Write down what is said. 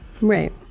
Right